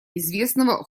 известного